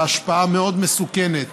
להשפעה מאוד מסוכנת